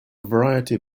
variety